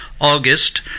August